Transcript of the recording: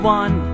one